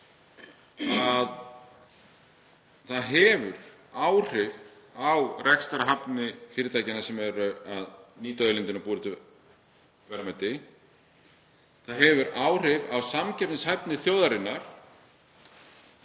að það hefur áhrif á rekstrarhæfni fyrirtækjanna sem eru að nýta auðlindina og búa til verðmæti, það hefur áhrif á samkeppnishæfni þjóðarinnar.